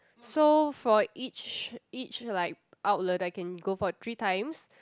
so for each each like outlet I can go for three times